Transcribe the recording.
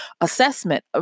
assessment